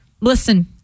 Listen